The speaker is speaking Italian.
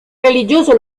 religioso